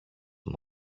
τον